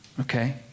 okay